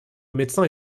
médecins